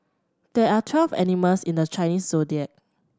there are twelve animals in the Chinese Zodiac